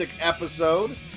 episode